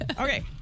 Okay